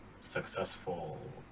successful